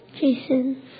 jason